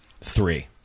Three